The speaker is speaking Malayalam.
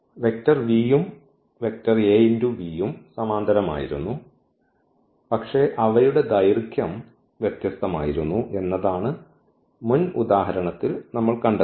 വെക്റ്റർ v യും വെക്റ്റർ Av ഉം സമാന്തരമായിരുന്നു പക്ഷേ അവയുടെ ദൈർഘ്യം വ്യത്യസ്തമായിരുന്നു എന്നതാണ് മുൻ ഉദാഹരണത്തിൽ നമ്മൾ കണ്ടത്